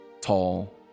tall